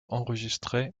enregistrée